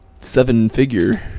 seven-figure